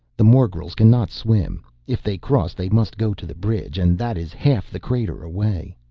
the morgels can not swim. if they cross, they must go to the bridge, and that is half the crater away.